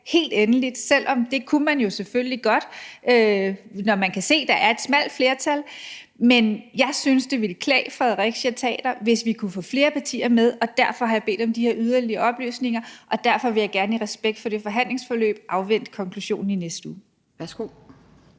helt endeligt, selv om man jo selvfølgelig godt kunne det, når man kan se, at der er et smalt flertal. Men jeg synes, at det i forhold til Fredericia Teater ville være klædeligt , hvis vi kunne få flere partier med. Derfor har jeg bedt om de her yderligere oplysninger, og derfor vil jeg gerne i respekt for det forhandlingsforløb afvente konklusionen i næste uge. Kl.